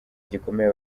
gikomeye